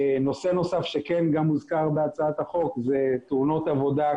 נושא נוסף שגם הוזכר בהצעת החוק זה תאונות עבודה,